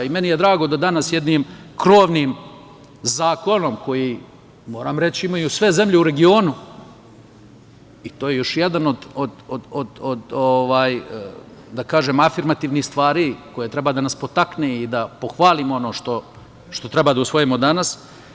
Meni je drago da danas jednim krovnim zakonom, koji, moram reći, imaju sve zemlje u regionu, i to je još jedna od, da kažem, afirmativnih stvari koja treba da nas potakne da pohvalimo ono što treba da usvojimo danas.